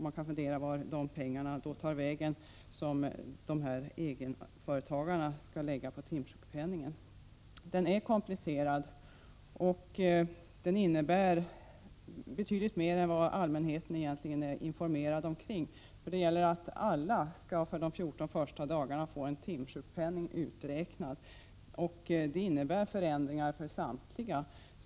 Man kan fråga sig vart de pengar som egenföretagarna skall lägga ut på timsjukpenningen tar vägen. Frågan är komplicerad och innebär egentligen mycket mer än vad allmänheten har informerats om. Alla skall under de 14 första dagarna få en timsjukpenning uträknad, vilket innebär förändringar för samtliga.